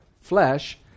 flesh